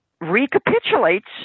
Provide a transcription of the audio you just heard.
recapitulates